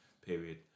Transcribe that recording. period